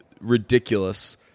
ridiculous